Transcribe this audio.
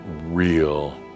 real